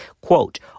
Quote